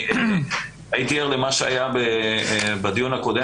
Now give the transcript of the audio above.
אני הייתי ער למה שהיה בדיון הקודם